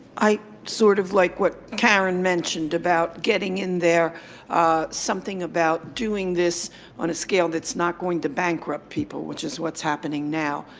i sort of like what karen mentioned about getting in there something about doing this on a scale that's not going to bankrupt people, which is what's happening now.